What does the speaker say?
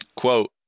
Quote